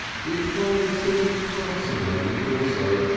he acquired a sort of parsimony also,